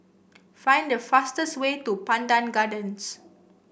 find the fastest way to Pandan Gardens